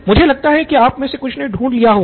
मुझे लगता है की आप में से कुछ ने ढूंढ लिया होगा